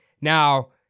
Now